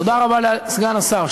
תודה רבה לסגן השר.